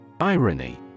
Irony